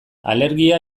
alergia